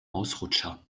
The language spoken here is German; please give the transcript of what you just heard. ausrutscher